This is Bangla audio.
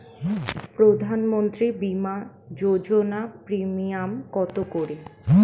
প্রধানমন্ত্রী বিমা যোজনা প্রিমিয়াম কত করে?